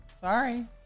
Sorry